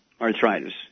arthritis